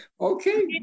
Okay